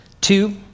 Two